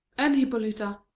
and hippolyta.